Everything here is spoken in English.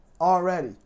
Already